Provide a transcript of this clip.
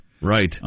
right